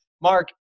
Mark